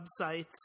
websites